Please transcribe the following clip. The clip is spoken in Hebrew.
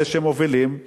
אלה שמובילים,